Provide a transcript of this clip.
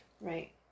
Right